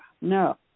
No